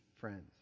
friends